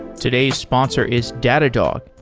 today's sponsor is datadog,